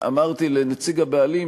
במסגרת הבהרת הסמכויות,